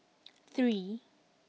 three